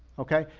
okay.